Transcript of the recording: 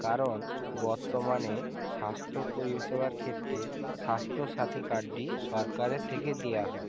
কারণ বর্তমানে স্বাস্থ্য পরিবেষেবার ক্ষেত্রে স্বাস্থ্যসাথী কার্ডটি সরকারের থেকে দেয়া হয়